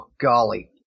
Golly